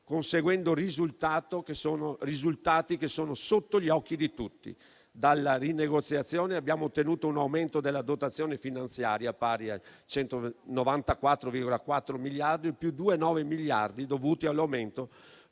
conseguendo risultati che sono sotto gli occhi di tutti: dalla rinegoziazione abbiamo ottenuto un aumento della dotazione finanziaria pari a 194,4 miliardi, cui si sommano 2,9 miliardi dovuti all'aumento